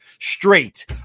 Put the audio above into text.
straight